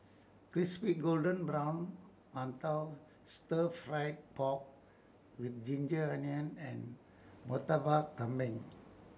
Crispy Golden Brown mantou Stir Fried Pork with Ginger Onions and Murtabak Kambing